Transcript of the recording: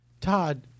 Todd